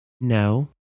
No